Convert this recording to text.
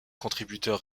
contributeurs